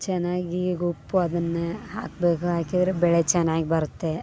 ಚೆನ್ನಾಗಿ ಉಪ್ಪು ಅದನ್ನು ಹಾಕಬೇಕು ಹಾಕಿದರೆ ಬೆಳೆ ಚೆನ್ನಾಗಿ ಬರುತ್ತೆ